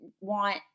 want